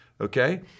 Okay